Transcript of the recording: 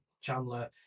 Chandler